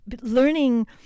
learning